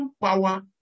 power